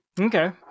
Okay